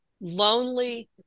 lonely